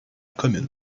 commune